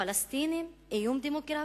פלסטינים, איום דמוגרפי?